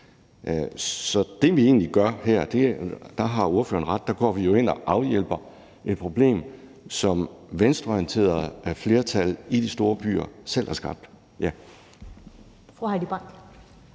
Så det, vi egentlig gør her – der har ordføreren ret – er jo, at vi går ind og afhjælper et problem, som venstreorienterede flertal i de store byer selv har skabt.